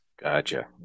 Gotcha